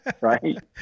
right